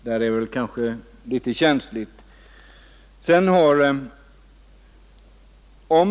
Det är kanske ett känsligt område.